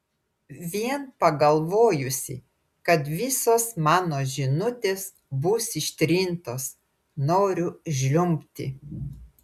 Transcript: vien pagalvojusi kad visos mano žinutės bus ištrintos noriu žliumbti